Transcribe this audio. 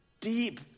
deep